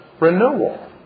renewal